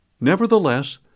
Nevertheless